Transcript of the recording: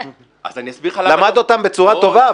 אז אני אסביר לך למה --- למד אותם בצורה טובה,